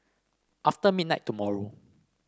after midnight tomorrow